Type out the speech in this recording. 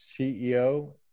CEO